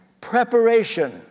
preparation